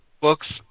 books